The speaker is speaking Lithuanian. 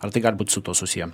ar tai gali būt su tuo susiję